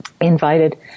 invited